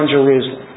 Jerusalem